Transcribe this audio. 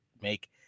make